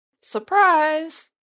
surprise